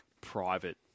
private –